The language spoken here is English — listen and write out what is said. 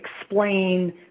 explain